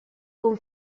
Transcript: con